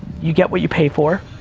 you get what you pay for.